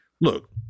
look